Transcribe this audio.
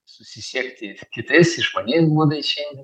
susisiekti kitais išmaniais būdais šiandien